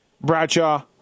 Bradshaw